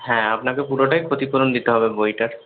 হ্যাঁ আপনাকে পুরোটাই ক্ষতিপূরণ দিতে হবে বইটার